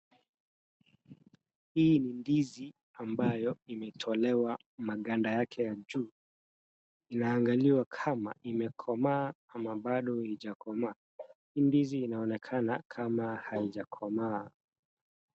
Hii ni ndizi ambayo imetolewa maganda yake ya juu . Inaangaliwa kama imekomaa ama bado haijakomaa. Hii ndizi inaonekana kama haijakomaa.